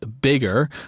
bigger